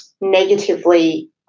negatively